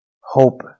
hope